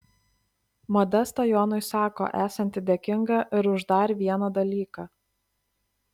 modesta jonui sako esanti dėkinga ir už dar vieną dalyką